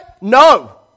No